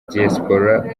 diaspora